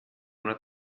una